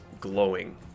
glowing